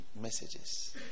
messages